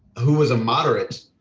who was a moderate,